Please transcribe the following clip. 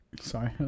Sorry